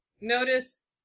Notice